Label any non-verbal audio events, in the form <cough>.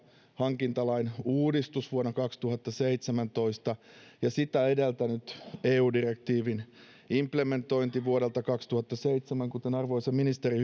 hankintalain uudistus vuonna kaksituhattaseitsemäntoista ja sitä edeltänyt eu direktiivin implementointi vuodelta kaksituhattaseitsemän kuten arvoisa ministeri <unintelligible>